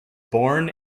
born